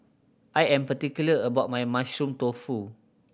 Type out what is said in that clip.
I am particular about my Mushroom Tofu